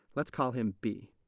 let's call him b.